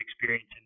experience